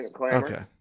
okay